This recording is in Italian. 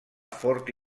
forte